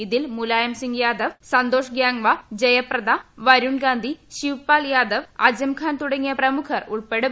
ഇതിൽ മുലായം സിംങ് യാദവ് സന്തോഷ് ഗാംങ്വാ ജയപ്രദ വരുൺ ഗാന്ധി ശിവ് പാൽ യാദവ് അജംഖാൻ തുടങ്ങിയ പ്രമുഖർ ഉൾപ്പെടും